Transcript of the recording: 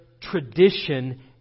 tradition